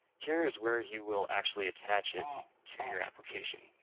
here is where you will actually attach it to your application.